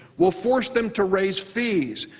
will force them to raise fees,